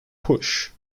push